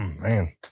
Man